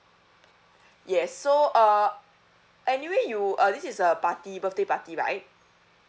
yes so uh anyway you uh this is a party birthday party right